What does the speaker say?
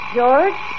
George